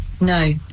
no